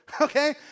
okay